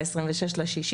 על 26 ביוני,